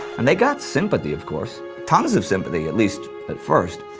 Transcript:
and they got sympathy, of course. tons of sympathy, at least at first.